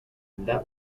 that